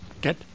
Get